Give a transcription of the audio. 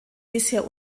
bisher